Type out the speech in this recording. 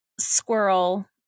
squirrel